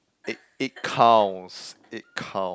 it it counts it count